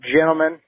Gentlemen